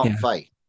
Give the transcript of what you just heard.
fight